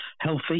healthy